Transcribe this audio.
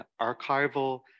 archival